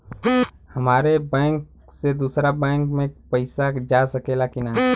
हमारे बैंक से दूसरा बैंक में पैसा जा सकेला की ना?